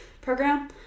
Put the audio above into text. program